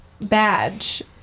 badge